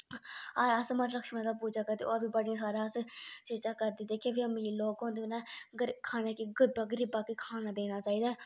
होर अस लक्ष्मी माता दी पूजा करदे होर बी बड़ियां सारियां चीजां करदे जेह्के बी जेह्ड़े बी अमीर लोक होंदे उनें गरीबा गी खाना देना चाहीदा ऐ